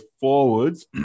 forwards